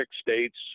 states